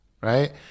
Right